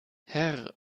herr